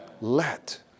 Let